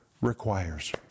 requires